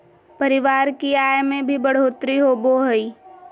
परिवार की आय में भी बढ़ोतरी होबो हइ